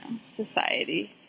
society